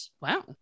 Wow